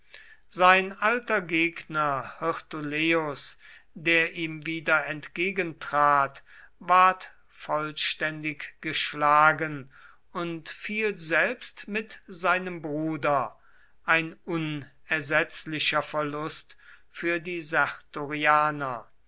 sein alter gegner hirtuleius der ihm wieder entgegentrat ward vollständig geschlagen und fiel selbst mit seinem bruder ein unersetzlicher verlust für die